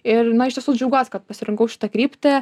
ir na iš tiesų džiaugiuosi kad pasirinkau šitą kryptį